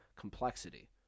complexity